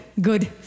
good